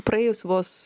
praėjus vos